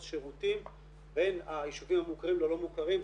שירותים בין היישובים המוכרים ללא מוכרים,